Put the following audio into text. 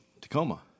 Tacoma